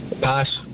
pass